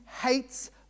hates